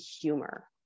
humor